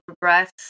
breaths